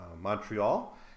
Montreal